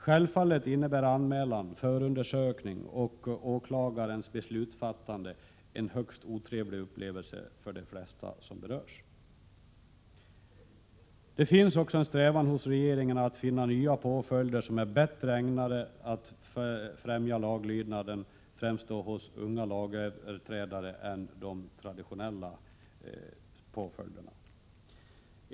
Självfallet innebär anmälan, förundersökning och åklagarens beslutsfattande en högst otrevlig upplevelse för de flesta som berörs. Det finns också en strävan hos regeringen att finna nya påföljder som bättre än de traditionella påföljderna är ägnade att främja laglydnaden, främst hos unga lagöverträdare.